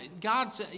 God